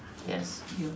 yes